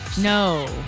No